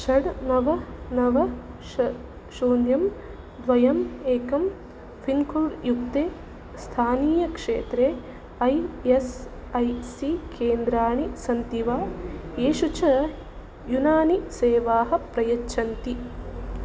षड् नव नव ष् शून्यं द्वयम् एकं पिन्कोड्युक्ते स्थानीयक्षेत्रे आइ एस् आइ सी केन्द्राणि सन्ति वा येषु च युनानिसेवाः प्रयच्छन्ति